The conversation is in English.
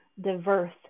diverse